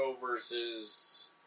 versus